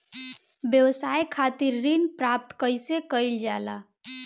व्यवसाय खातिर ऋण प्राप्त कइसे कइल जाला?